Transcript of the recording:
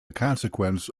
consequence